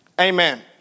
Amen